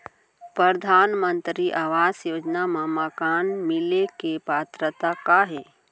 परधानमंतरी आवास योजना मा मकान मिले के पात्रता का हे?